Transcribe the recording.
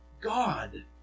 God